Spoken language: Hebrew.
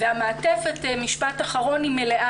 משפט אחרון.